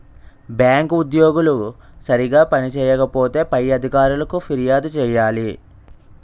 bank ఉద్యోగులు సరిగా పని చేయకపోతే పై అధికారులకు ఫిర్యాదు చేయాలి